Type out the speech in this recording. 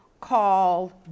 called